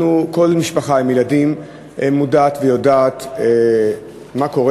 כל משפחה עם ילדים מודעת ויודעת מה קורה